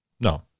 No